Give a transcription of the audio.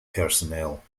personnel